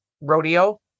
rodeo